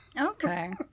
Okay